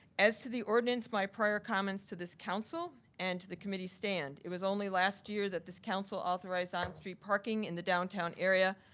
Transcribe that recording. as to the ordinance, my prior comments to this council and to the committee stand. it was only last year that this council authorized on street parking in the downtown area.